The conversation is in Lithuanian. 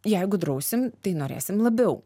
jeigu drausim tai norėsim labiau